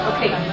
Okay